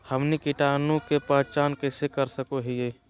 हमनी कीटाणु के पहचान कइसे कर सको हीयइ?